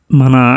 mana